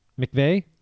McVeigh